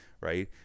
Right